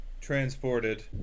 transported